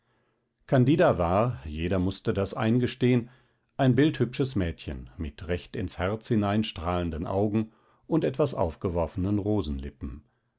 candida war jeder mußte das eingestehen ein bildhübsches mädchen mit recht ins herz hinein strahlenden augen und etwas aufgeworfenen